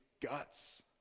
guts